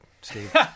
Steve